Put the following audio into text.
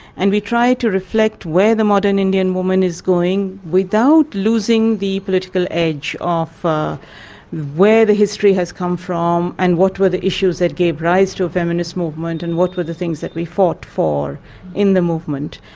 and we try to reflect where the modern indian woman is going, without losing the political edge of ah where the history has come from and what were the issues that gave rise to a feminist movement and what were the things that we fought for in the movement.